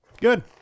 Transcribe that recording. Good